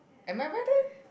am I wear that